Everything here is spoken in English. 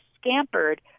scampered